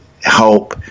help